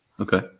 Okay